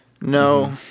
No